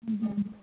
ਹਾਂਜੀ ਹਾਂਜੀ